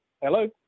Hello